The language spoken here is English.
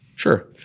Sure